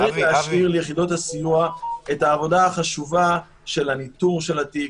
צריך להשאיר ליחידות הסיוע את העבודה החשובה של הניטור של התיק,